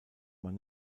man